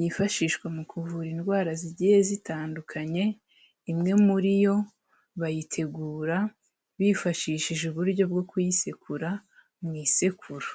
yifashishwa mu kuvura indwara zigiye zitandukanye, imwe muri yo bayitegura bifashishije uburyo bwo kuyisekura mu isekuru.